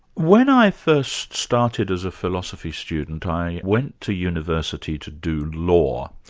when i first started as a philosophy student, i went to university to do law,